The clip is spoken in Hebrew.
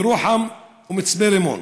ירוחם ומצפה רמון.